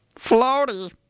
Floaty